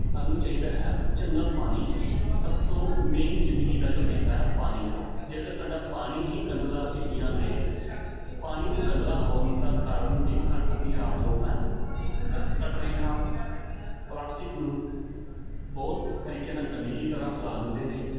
ਸਾਨੂੰ ਚਾਹੀਦਾ ਹੈ ਚੰਗਾ ਪਾਣੀ ਸਭ ਤੋਂ ਮੇਨ ਜ਼ਿੰਦਗੀ ਦਾ ਜੋ ਹਿੱਸਾ ਹੈ ਪਾਣੀ ਜੇਕਰ ਸਾਡਾ ਪਾਣੀ ਹੀ ਗੰਧਲਾ ਅਸੀਂ ਪੀਆਂਗੇ ਪਾਣੀ ਗੰਧਲਾ ਹੋਣ ਦਾ ਕਾਰਨ ਵੀ ਸਾ ਅਸੀਂ ਆਪ ਲੋਕ ਹਾਂ ਦਰੱਖਤ ਕੱਟ ਰਹੇ ਹਾਂ ਪਲਾਸਟਿਕ ਨੂੰ ਬਹੁਤ ਤਰੀਕੇ ਨਾਲ ਗੰਦਗੀ ਤਰ੍ਹਾਂ ਫੈਲਾ ਦਿੰਦੇ ਨੇ